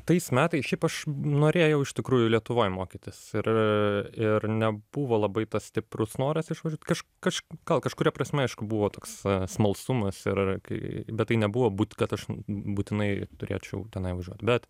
tais metais šiaip aš norėjau iš tikrųjų lietuvoj mokytis ir ir nebuvo labai stiprus noras išvažiuot kaž kaž gal kažkuria prasme aišku buvo toks smalsumas ir kai bet tai nebuvo būt kad aš būtinai turėčiau tenai važiuot bet